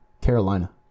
Carolina